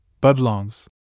Budlong's